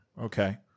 Okay